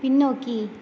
பின்னோக்கி